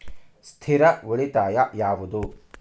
ಸ್ಥಿರ ಉಳಿತಾಯ ಯಾವುದು?